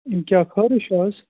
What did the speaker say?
کیٛاہ خٲرٕے چھِ حظ